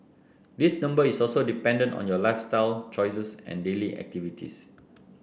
this number is also dependent on your lifestyle choices and daily activities